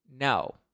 no